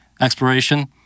exploration